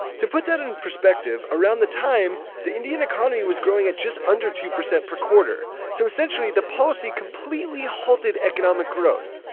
to put that in perspective, around the time, the indian economy was growing at just under two percent per quarter, so, essentially, the policy completely halted economic growth.